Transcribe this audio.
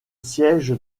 siège